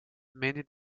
many